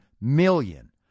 million